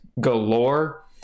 galore